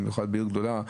במיוחד בעיר גדולה,